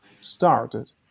started